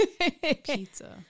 Pizza